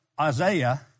Isaiah